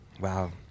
Wow